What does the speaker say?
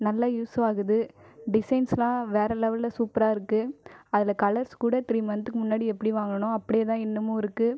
நல்ல யூஸு ஆகுது டிசைன்ஸ்லாம் வேறு லெவெலில் சூப்பராக இருக்கு அதில் கலர்ஸ் கூட த்ரீ மன்த்துக்கு முன்னாடி எப்படி வாங்கினனோ அப்டியேதான் இன்னமும் இருக்கு